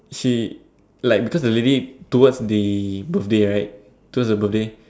she like because the lady towards the birthday right towards the birthday